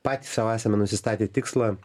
patys sau esame nusistatę tikslą